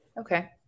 Okay